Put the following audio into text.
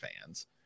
fans